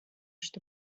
что